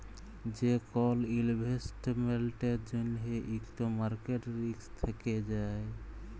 যে কল ইলভেস্টমেল্টের জ্যনহে ইকট মার্কেট রিস্ক থ্যাকে যায়